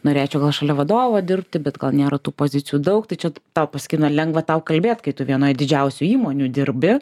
norėčiau va šalia vadovo dirbti bet gal nėra tų pozicijų daug tai čia tau pasakyt na lengva tau kalbėt kai tu vienoj didžiausių įmonių dirbi